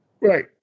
Right